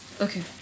Okay